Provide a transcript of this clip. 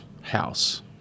house